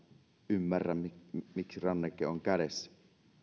ymmärrä miksi ranneke on kädessä